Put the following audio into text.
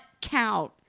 count